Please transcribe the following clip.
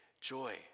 Joy